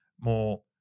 more